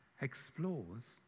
explores